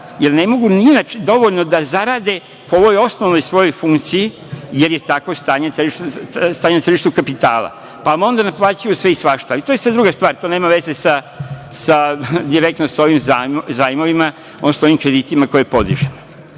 jer ne mogu ni na čemu dovoljno da zarade po ovoj osnovnoj svojoj funkciji, jer je takvo stanje na tržištu kapitala, pa vam onda naplaćuju sve i svašta, ali, to je sad druga stvar, to nema veze direktno sa ovim zajmovima, odnosno ovim kreditima koje podižemo. Dakle,